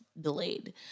delayed